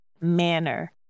manner